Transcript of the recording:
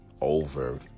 over